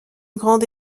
grande